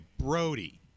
Brody